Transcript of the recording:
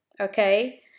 okay